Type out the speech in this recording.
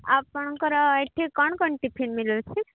ଆପଣଙ୍କର ଏଠି କ'ଣ କ'ଣ ଟିଫିନ୍ ମିଳୁଅଛି